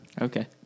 Okay